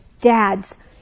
Dads